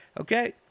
okay